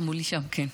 כן.